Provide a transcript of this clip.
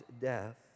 death